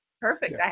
Perfect